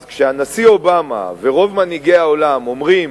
אז כשהנשיא אובמה ורוב מנהיגי העולם אומרים